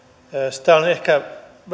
sitä on ehkä